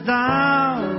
down